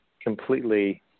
completely